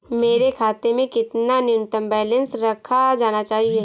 मेरे खाते में कितना न्यूनतम बैलेंस रखा जाना चाहिए?